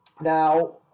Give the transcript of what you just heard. Now